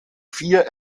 vier